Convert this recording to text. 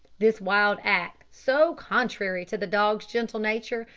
this wild act, so contrary to the dog's gentle nature,